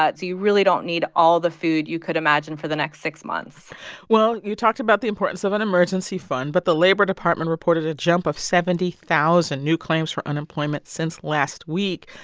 but you really don't need all the food you could imagine for the next six months well, you talked about the importance of an emergency fund, but the labor department reported a jump of seventy thousand new claims for unemployment since last week.